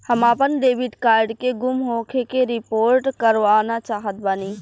हम आपन debit card के गुम होखे के रिपोर्ट करवाना चाहत बानी